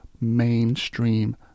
mainstream